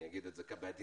אני אגיד בעדינות.